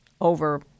over